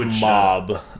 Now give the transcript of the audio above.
mob